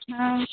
हँ